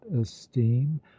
esteem